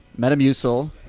metamucil